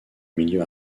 milieu